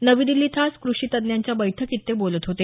नवी दिछी इथं आज कृषी तज्ज्ञांच्या बेठकीत ते बोलत होते